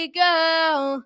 girl